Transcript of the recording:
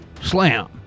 Slam